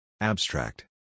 Abstract